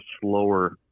slower